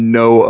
no